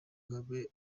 kagame